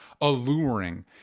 alluring